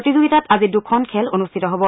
প্ৰতিযোগিতাত আজি দুখন খেল অনুষ্ঠিত হ'ব